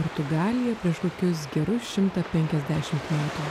portugalija prieš kokius gerus šimtą penkiasdešimt metų